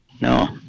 No